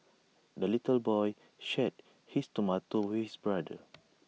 the little boy shared his tomato with brother